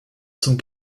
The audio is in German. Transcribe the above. zum